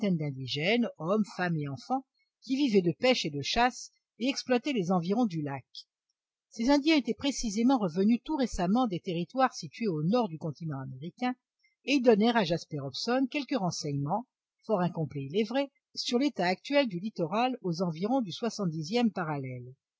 d'indigènes hommes femmes et enfants qui vivaient de pêche et de chasse et exploitaient les environs du lac ces indiens étaient précisément revenus tout récemment des territoires situés au nord du continent américain et ils donnèrent à jasper hobson quelques renseignements fort incomplets il est vrai sur l'état actuel du littoral aux environs du soixante dixième parallèle